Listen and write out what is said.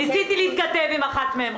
ניסיתי להתכתב עם אחת מהן.